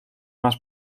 más